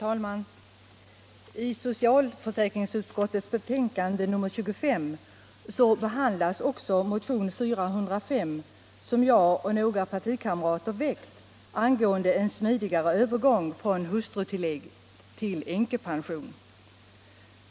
Herr talman! I socialförsäkringsutskottets betänkande nr 25 behandlas också motionen 1975/76:405 som jag och några partikamrater väckt angående en smidigare övergång från hustrutillägg till änkepension.